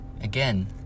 Again